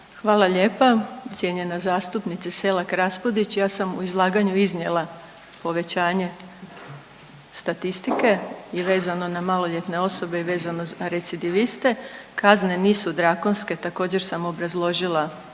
Hvala lijepa cijenjena zastupnice Selak Raspudić. Ja sam u izlaganju iznijela povećanje statistike i vezano na maloljetne osobe i vezano za recidiviste, kazne nisu drakonske, također sam obrazložila